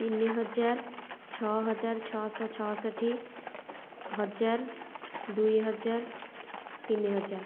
ତିନିହଜାର ଛଅହଜାର ଛଅଶହ ଛଅଷଠି ହଜାର ଦୁଇହଜାର ତିନିହଜାର